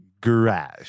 Garage